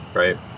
right